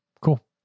cool